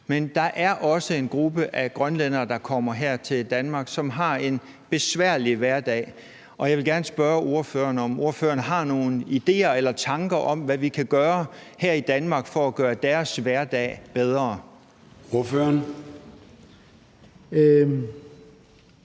men der er også en gruppe af grønlændere, der kommer her til Danmark, som har en besværlig hverdag. Jeg vil gerne spørge ordføreren, om han har nogle idéer til eller tanker om, hvad vi kan gøre her i Danmark for at gøre deres hverdag bedre. Kl.